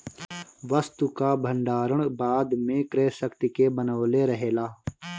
वस्तु कअ भण्डारण बाद में क्रय शक्ति के बनवले रहेला